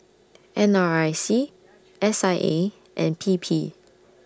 N R I C S I A and P P